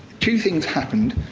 two things happened,